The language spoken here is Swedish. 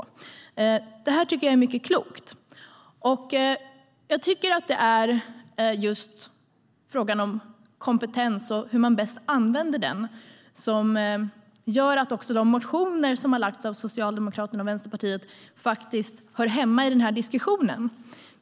Jag tycker att detta är mycket klokt, och jag tycker att det är frågan om kompetens och hur man bäst använder den som gör att de motioner som har väckts av Socialdemokraterna och Vänsterpartiet faktiskt hör hemma i diskussionen.